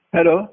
Hello